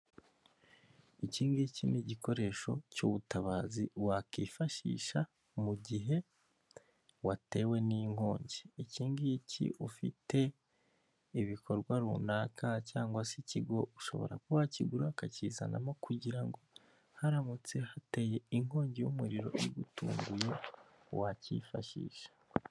Iki ngiki ni igikoresho cy'ubutabazi wakwifashisha mu gihe watewe n'inkongi. Iki ngiki ufite ibikorwa runaka cyangwa se ikigo, ushobora kuba wakigura akakizanamo kugira ngo haramutse hateye inkongi y'umuriro igutunguye wacyifashisha.